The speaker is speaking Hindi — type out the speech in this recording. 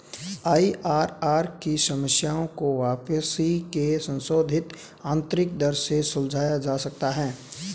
आई.आर.आर की समस्या को वापसी की संशोधित आंतरिक दर से सुलझाया जा सकता है